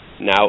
now